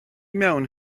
mewn